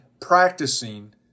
practicing